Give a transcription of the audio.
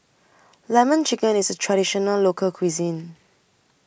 Lemon Chicken IS A Traditional Local Cuisine